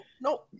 no